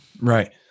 Right